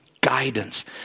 Guidance